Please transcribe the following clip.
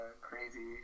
crazy